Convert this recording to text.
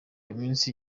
iminsi